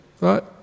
right